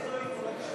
(תיקון מס' 46), התשע"ו 2016,